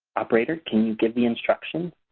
operator, can you give the instructions?